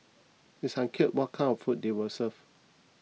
it is unclear what kind of food they were served